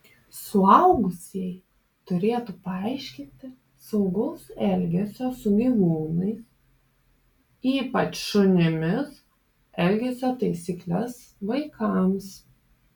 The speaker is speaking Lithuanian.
suaugusieji turėtų paaiškinti saugaus elgesio su gyvūnais ypač šunimis elgesio taisykles vaikams